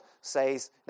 says